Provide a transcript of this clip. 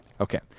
Okay